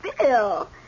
Bill